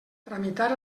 tramitar